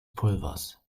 pulvers